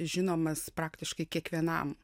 žinomas praktiškai kiekvienam